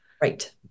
right